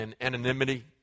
anonymity